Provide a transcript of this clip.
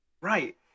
Right